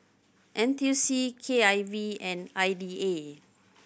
N T U C K I V and I D A